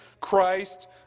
Christ